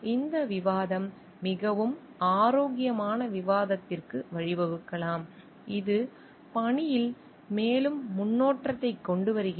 இந்த விவாதம் மிகவும் ஆரோக்கியமான விவாதத்திற்கு வழிவகுக்கலாம் இது பணியில் மேலும் முன்னேற்றத்தை கொண்டுவருகிறது